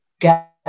get